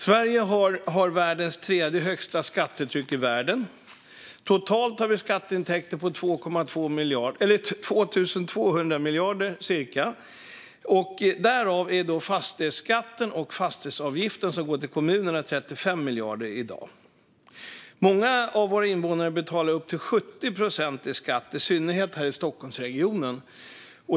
Sverige har det tredje högsta skattetrycket i världen med skatteintäkter på cirka 2 200 miljarder inklusive den kommunala fastighetsavgiften på 35 miljarder. Många invånare betalar upp till 70 procent i skatt, i synnerhet i Stockholmsregionen.